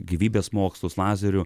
gyvybės mokslus lazerių